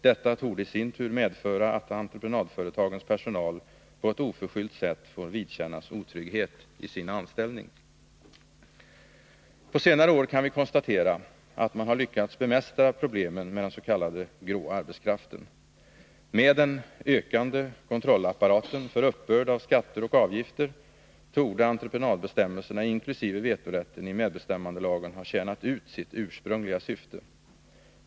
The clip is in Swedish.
Detta torde isin tur medföra att entreprenadföretagens personal på ett oförskyllt sätt får vidkännas otrygghet i sin anställning. Vi kan konstatera att man på senare år har lyckats bemästra problemen med den s.k. grå arbetskraften. Med den ökade kontrollapparaten för uppbörd av skatter och avgifter torde entreprenadbestämmelserna inkl. vetorätten i medbestämmandelagen ha tjänat ut sitt ursprungliga syfte.